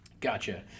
Gotcha